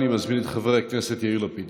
אני מזמין את חבר הכנסת יאיר לפיד.